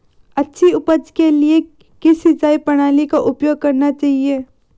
अच्छी उपज के लिए किस सिंचाई प्रणाली का उपयोग करना चाहिए?